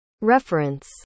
reference